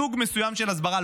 סוג מסוים של הסברה,